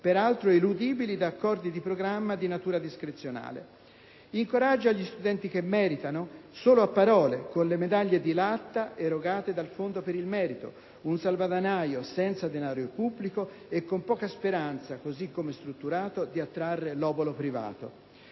peraltro eludibili da accordi di programma di natura discrezionale. Incoraggia gli studenti che meritano? Solo a parole, con le medaglie di latta erogate dal Fondo per il merito, un salvadanaio senza denaro pubblico e con poca speranza - così come strutturato - di attrarre l'obolo privato.